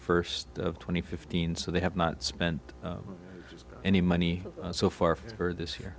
first twenty fifteen so they have not spent any money so far for this year